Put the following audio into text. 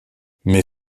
mes